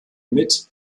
mit